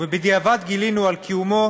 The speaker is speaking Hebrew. ובדיעבד גילינו על קיומו